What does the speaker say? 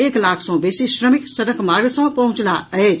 एक लाख सॅ बेसी श्रमिक सड़क मार्ग सॅ पहुंचलाह अछि